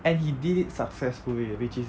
and he did it successfully eh which is